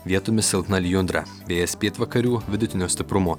vietomis silpna lijundra vėjas pietvakarių vidutinio stiprumo